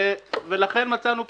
ולכן מצאנו פתרון.